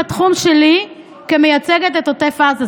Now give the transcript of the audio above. בתחום שלי כמייצגת את עוטף עזה,